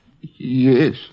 Yes